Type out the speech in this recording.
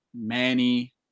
Manny